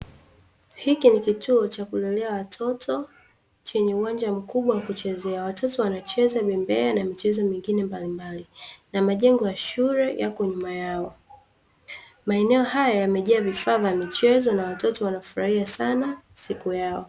Hiki ni kituo cha kulelea watoto chenye uwanja mkubwa wa kuchezea, watoto wanacheza bembea na michezo mingine mbalimbali na majengo ya shule yako nyuma yao. Maeneo haya yamejaa vifaa vya michezo na watoto wanafurahia sana siku yao.